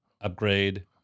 upgrade